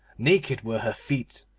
naked were her feet,